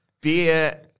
beer